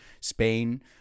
Spain